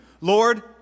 Lord